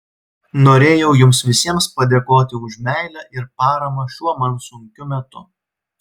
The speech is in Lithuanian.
norėjau jums visiems padėkoti už meilę ir paramą šiuo man sunkiu metu